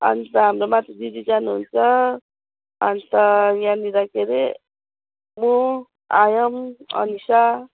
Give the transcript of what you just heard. अन्त हाम्रो माथि दिदी जानु हुन्छ अन्त यहाँनेर के अरे म आयाम अनिसा